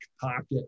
pocket